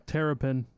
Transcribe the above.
Terrapin